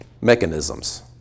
mechanisms